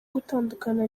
gutandukana